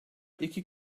iki